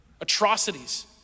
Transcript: atrocities